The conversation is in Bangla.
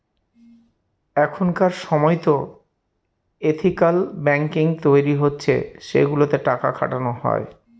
এখনকার সময়তো এথিকাল ব্যাঙ্কিং তৈরী হচ্ছে সেগুলোতে টাকা খাটানো হয়